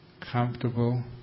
comfortable